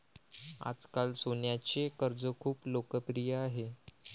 आजकाल सोन्याचे कर्ज खूप लोकप्रिय आहे